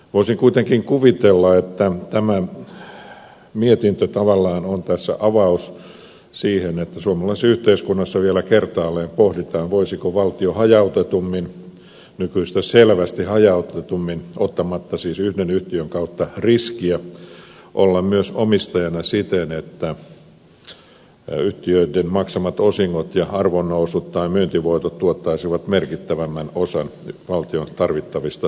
voisin kuitenkin kuvitella että tämä mietintö tavallaan on tässä avaus siihen että suomalaisessa yhteiskunnassa vielä kertaalleen pohditaan voisiko valtio nykyistä selvästi hajautetummin ottamatta siis yhden yhtiön kautta riskiä olla myös omistajana siten että yhtiöiden maksamat osingot ja arvonnousut tai myyntivoitot tuottaisivat merkittävämmän osan valtion tarvitsemista tuloista